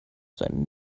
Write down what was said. seinen